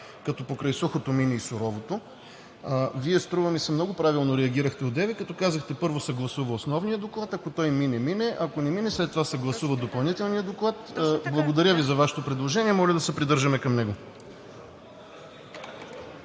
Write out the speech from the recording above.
като покрай сухото мине и суровото. Вие, струва ми се, много правилно реагирахте одеве, като казахте – първо се гласува основният доклад, ако той мине, мине, ако не мине, след това се гласува допълнителният доклад. Благодаря Ви за предложението и моля да се придържаме към него.